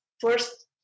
first